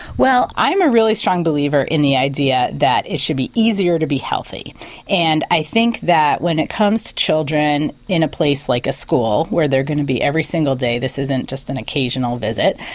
i'm a really strong believer in the idea that it should be easier to be healthy and i think that when it comes to children in a place like a school where they're going to be every single day, this isn't just an occasional visit,